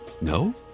No